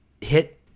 hit